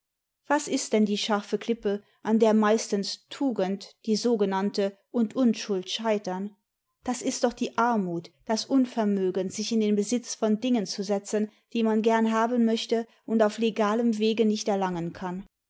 was ist denn die scharfe klippe an der meistens tugend die sogenannte und unschuld scheitern das ist doch die armut das unvermögen sich in den besitz von dingen zu setzen die man gern haben möchte und auf legalem wege nicht erlangen kann